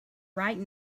right